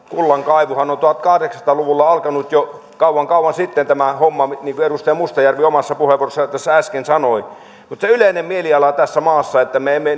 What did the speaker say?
kullankaivuu on on alkanut tuhatkahdeksansataa luvulla jo kauan kauan sitten niin kuin edustaja mustajärvi omassa puheenvuorossaan äsken sanoi mutta se yleinen mieliala tässä maassa että me emme